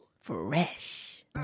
Fresh